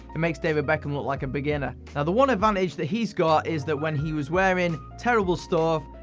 it makes david beckham look like a beginner. now the one advantage that he's got is that when he was wearing terrible stuff,